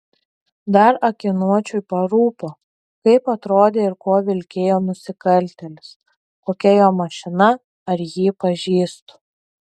dar akiniuočiui parūpo kaip atrodė ir kuo vilkėjo nusikaltėlis kokia jo mašina ar jį pažįstu